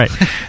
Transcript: Right